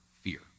fear